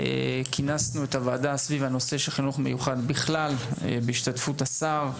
כינסנו את הוועדה סביב נושא החינוך המיוחד בהשתתפות השר.